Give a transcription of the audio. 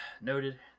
Noted